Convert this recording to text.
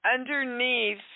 underneath